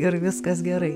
ir viskas gerai